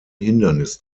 hindernis